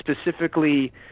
specifically